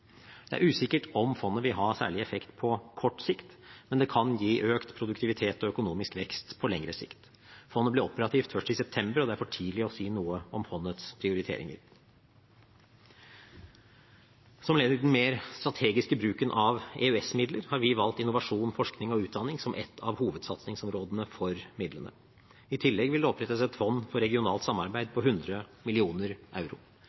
Det er usikkert om fondet vil ha særlig effekt på kort sikt, men det kan gi økt produktivitet og økonomisk vekst på lengre sikt. Fondet ble operativt først i september, og det er for tidlig å si noe om fondets prioriteringer. Som ledd i den mer strategiske bruken av EØS-midler har vi valgt innovasjon, forskning og utdanning som ett av hovedsatsingsområdene for midlene. I tillegg vil det opprettes et fond for regionalt samarbeid på 100 mill. euro.